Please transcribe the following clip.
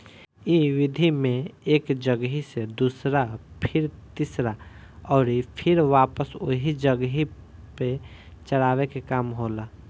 इ विधि में एक जगही से दूसरा फिर तीसरा अउरी फिर वापस ओही जगह पे चरावे के काम होला